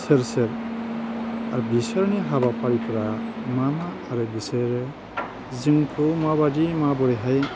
सोर सोर आरो बिसोरनि हाबाफारिफोरा मा मा आरो बिसोरो जोंखौ माबायदि माबोरैहाय